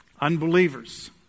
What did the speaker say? unbelievers